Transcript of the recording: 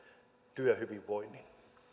työhyvinvoinnin